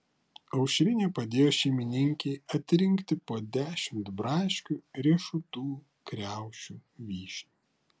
aušrinė padėjo šeimininkei atrinkti po dešimt braškių riešutų kriaušių vyšnių